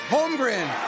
Holmgren